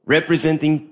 Representing